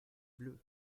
bleus